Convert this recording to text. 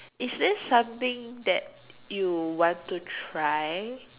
is there something that you want to try